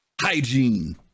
hygiene